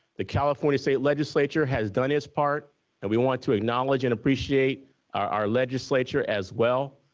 the california state legislature has done its part and we want to acknowledge and appreciate our legislature as well.